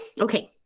okay